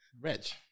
Rich